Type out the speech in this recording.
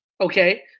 Okay